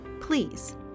Please